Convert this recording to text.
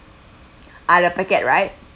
ah the packet right